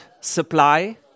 supply